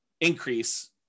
increase